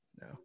No